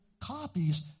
copies